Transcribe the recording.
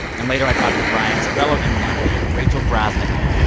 and later, i talk to brian's fellow emmy nominee, rachel brosnahan.